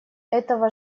этого